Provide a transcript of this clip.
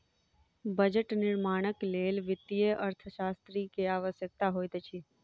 budget निर्माणक लेल वित्तीय अर्थशास्त्री के आवश्यकता होइत अछि